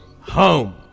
home